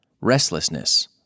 restlessness